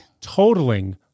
Totaling